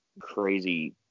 crazy